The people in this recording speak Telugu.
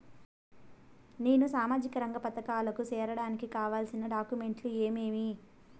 నేను సామాజిక రంగ పథకాలకు సేరడానికి కావాల్సిన డాక్యుమెంట్లు ఏమేమీ?